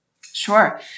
Sure